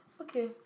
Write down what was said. Okay